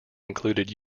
included